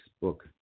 book